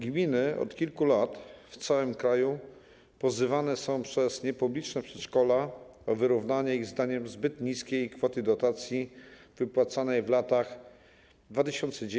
Gminy od kilku lat w całym kraju pozywane są przez niepubliczne przedszkola o wyrównanie ich zdaniem zbyt niskiej kwoty dotacji wypłacanej w latach 2009–2016.